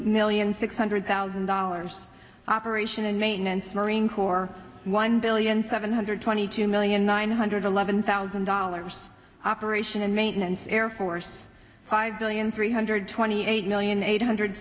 million six hundred thousand dollars operation and maintenance marine corps one billion seven hundred twenty two million nine hundred eleven thousand dollars operation and maintenance air force five million three hundred twenty eight million eight hundred